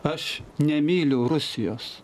aš nemyliu rusijos